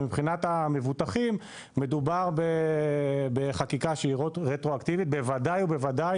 ומבחינת המבוטחים מדובר בחקיקה שהיא רטרואקטיבית בוודאי ובוודאי